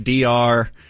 Dr